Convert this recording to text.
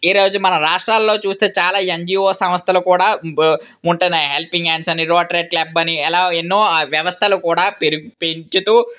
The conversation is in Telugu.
ఈ రోజు మన రాష్ట్రాలలో చూస్తే చాలా ఎన్జీఓ సంస్థలు కూడా ఉంటున్నాయి హెల్పింగ్ హాండ్స్ అని రోటరీ క్లబ్ అని ఇలా ఎన్నో వ్యవస్థలు కూడా పెరిగి పెంచుతు